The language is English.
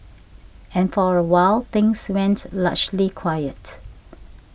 and for awhile things went largely quiet